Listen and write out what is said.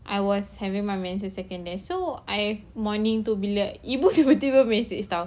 I was having my menses second day so I morning tu bila ibu tiba-tiba message [tau]